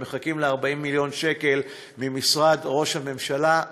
ומחכים ל-40 מיליון שקל ממשרד ראש הממשלה.